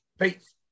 Peace